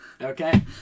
Okay